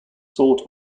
sought